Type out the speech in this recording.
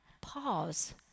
Pause